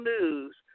news